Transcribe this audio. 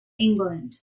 england